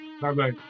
Bye-bye